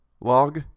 Log